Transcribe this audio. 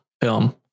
film